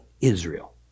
Israel